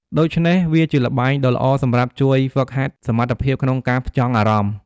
ដូច្នេះ វាជាល្បែងដ៏ល្អសម្រាប់ជួយហ្វឹកហាត់សមត្ថភាពក្នុងការផ្ចង់អារម្មណ៍។